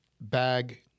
bag